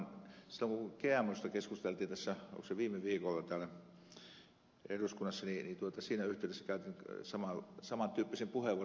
silloin kun gmosta keskusteltiin oliko se viime viikolla täällä eduskunnassa niin siinä yhteydessä käytin saman tyyppisen puheenvuoron kuin mitä taidan tässä sanoa